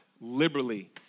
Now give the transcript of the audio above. liberally